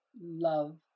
love